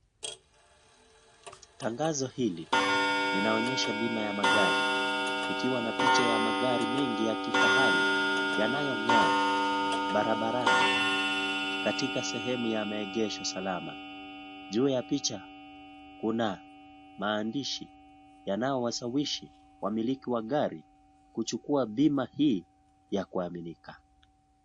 Tangazo hili, linaonyesha bima ya magari. Ikiwa na picha ya magari mengi ya kifahali, yanayong'aa barabarani, katika sehemu ya maegesho salama. Juu ya picha, kuna, maandishi, yanayowasawishi, wamiliki wa gari, kuchukua bima hii, ya kuaminika.